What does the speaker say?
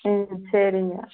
ம் சேரிங்க